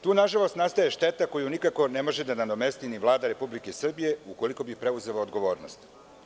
Tu, nažalost, nastaje šteta koju nikako ne može da nadomesti ni Vlada Republike Srbije ukoliko preuzela odgovornost.